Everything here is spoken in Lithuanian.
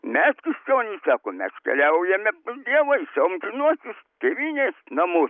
mes krikščionys sakom mes keliaujame pas dievą į savo amžinuosius tėvynės namus